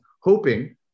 Hoping